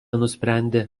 nusprendė